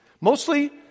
Mostly